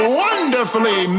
wonderfully